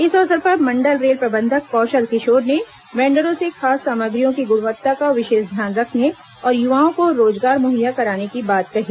इस अवसर पर मंडल रेल प्रबंधक कौशल किशोर ने वेंडरों से खाद्य सामग्रियों की गुणवत्ता का विशेष ध्यान रखने और युवाओं को रोजगार मुहैया कराने की बात कही